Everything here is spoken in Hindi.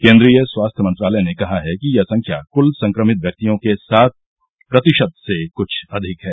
केन्ट्रीय स्वास्थ्य मंत्रालय ने कहा है कि यह संख्या कुल संक्रमित व्यक्तियों के सात प्रतिशत से कुछ अधिक है